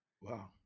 Wow